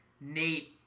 Nate